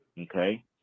Okay